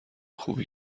خوبی